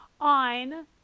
on